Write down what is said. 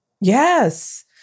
Yes